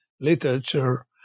literature